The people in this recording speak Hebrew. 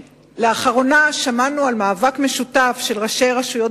לאחרונה שמענו על מאבק משותף של ראשי רשויות